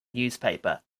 newspaper